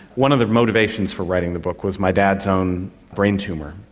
one of the motivations for writing the book was my dad's own brain tumour.